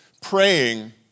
praying